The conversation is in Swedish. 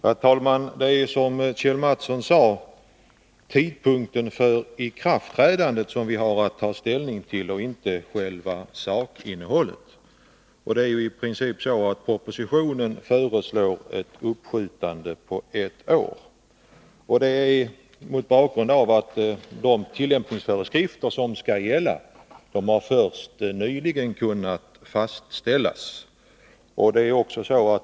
Herr talman! Det är, som Kjell Mattsson sade, tidpunkten för ikraftträdandet som vi har att ta ställning till och inte själva sakinnehållet. Propositionen föreslår i princip ett uppskjutande på ett år. Detta förslag har sin bakgrund i att de tillämpningsföreskrifter som skall gälla först nyligen har kunnat fastställas.